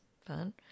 fun